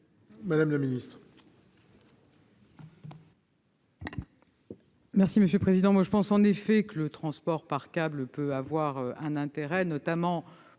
madame la ministre,